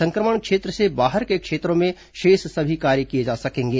संक्रमण क्षेत्र से बाहर के क्षेत्रों में शेष सभी कार्य किए जा सकेंगे